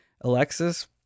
Alexis